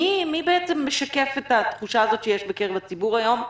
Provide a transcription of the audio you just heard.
מי משקף את התחושה הזאת שיש בקרב הציבור היום,